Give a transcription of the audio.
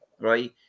right